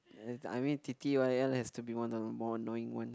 as I mean t_t_y_l has to be one of the more annoying one